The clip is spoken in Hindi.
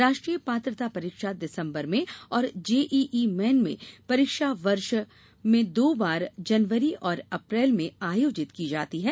राष्ट्रीय पात्रता परीक्षा दिसम्बर में और जेईई मेन की परीक्षा वर्ष में दो बार जनवरी और अप्रैल में आयोजित की जाती है